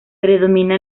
predomina